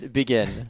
begin